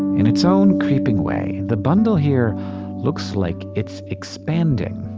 in its own creeping way, the bundle here looks like it's expanding,